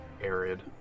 arid